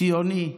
ציוני,